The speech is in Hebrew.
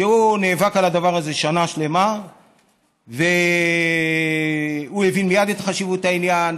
שנאבק על הדבר הזה שנה שלמה והוא הבין מייד את חשיבות העניין,